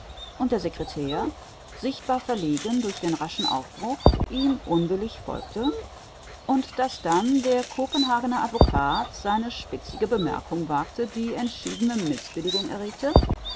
und der secretair sichtbar verlegen durch den raschen aufbruch ihm unwillig folgte und daß dann der kopenhagner advocat seine spitzige bemerkung wagte die entschiedene mißbilligung erregte